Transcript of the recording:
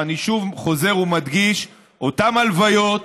אני שוב חוזר ומדגיש: אותן הלוויות,